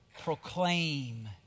proclaim